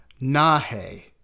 nahe